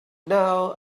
now